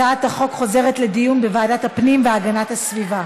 הצעת החוק חוזרת לדיון בוועדת הפנים והגנת הסביבה.